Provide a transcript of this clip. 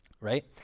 right